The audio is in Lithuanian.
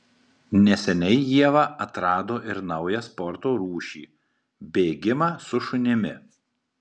neseniai ieva atrado ir naują sporto rūšį bėgimą su šunimi